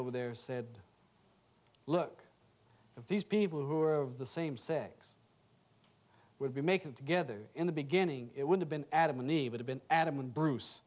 over there said look if these people who are of the same sex would be making together in the beginning it would have been adam and eve would have been adamant bruce